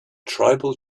tribal